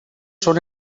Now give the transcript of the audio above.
són